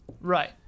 Right